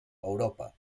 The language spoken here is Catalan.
europa